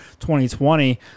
2020